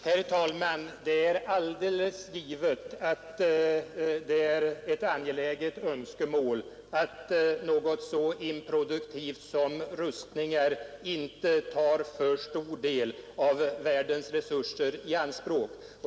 Herr talman! Det är alldeles givet ett angeläget önskemål att något så improduktivt som rustningar inte tar för stor del av världens resurser i anspråk.